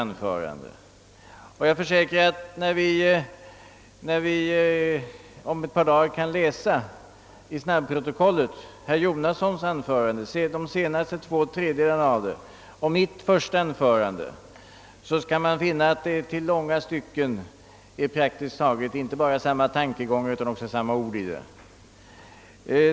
Jag är övertygad om att vi, när vi om ett par dagar får snabbprotokollet från denna debatt, skall finna att de sista två tredjedelarna av herr Jonassons anförande och mitt första anförande i långa stycken innehåller inte bara samma tankegångar utan även praktiskt taget samma ord.